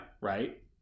Right